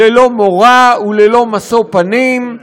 ללא מורא וללא משוא-פנים.